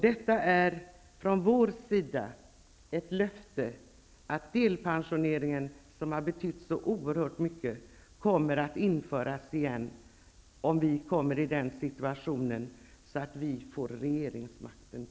Från vår sida är det ett löfte att delpensioneringen, som har betytt så oerhört mycket, kommer att införas igen om vi kommer i den situationen att vi får tillbaka regeringsmakten.